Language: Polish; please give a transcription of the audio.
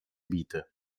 bity